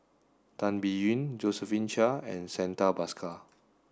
Tan Biyun Josephine Chia and Santha Bhaskar